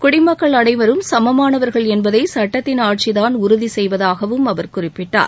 குடிமக்கள் அனைவரும் சமமானவர்கள் என்பதை சட்டத்தின் ஆட்சி தான் உறுதி செய்வதாகவும் அவர் குறிப்பிட்டார்